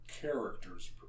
character's